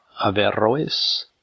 Averroes